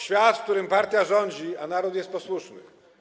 świat, w którym partia rządzi, a naród jest posłuszny.